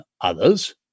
others